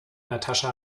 natascha